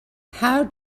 how